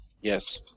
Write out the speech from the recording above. Yes